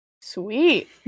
Sweet